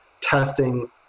testing